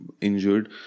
injured